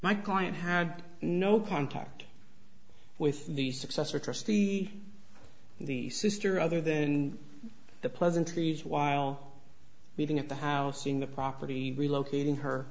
my client had no contact with the successor trustee the sister other than the pleasantries while meeting at the house in the property relocating her